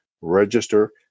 register